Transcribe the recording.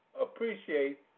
appreciate